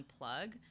unplug